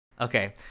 Okay